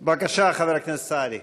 בבקשה, חבר הכנסת סעדי.